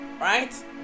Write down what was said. right